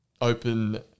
open